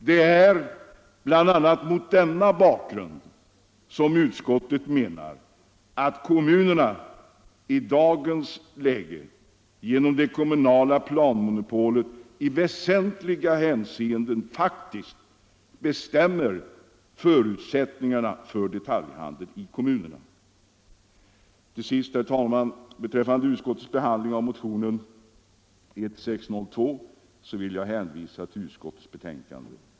Det är bl.a. mot denna bakgrund som utskottet menar att kommunerna i dagens läge genom det kommunala planmonopolet faktiskt i väsentliga hänseenden bestämmer förutsättningarna för detaljhandeln i kommunerna. Beträffande utskottets behandling av motionen 1602 vill jag hänvisa till utskottets betänkande.